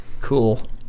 Cool